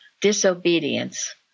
Disobedience